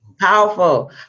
powerful